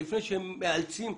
לפני שמאלצים,